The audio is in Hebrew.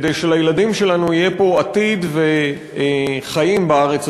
כדי שלילדים שלנו יהיה פה עתיד וחיים בארץ